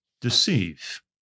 deceive